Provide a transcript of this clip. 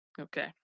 Okay